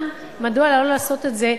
מדוע לא לעשות את זה,